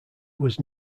was